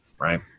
Right